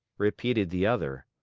repeated the other.